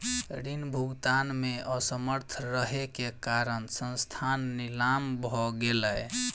ऋण भुगतान में असमर्थ रहै के कारण संस्थान नीलाम भ गेलै